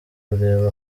kureba